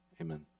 Amen